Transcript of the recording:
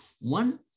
One